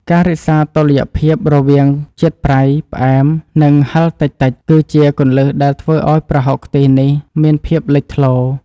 ការរក្សាតុល្យភាពរវាងជាតិប្រៃ ផ្អែម និងហឹរតិចៗគឺជាគន្លឹះដែលធ្វើឱ្យប្រហុកខ្ទិះនេះមានភាពលេចធ្លោ។